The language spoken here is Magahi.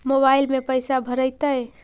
मोबाईल में पैसा भरैतैय?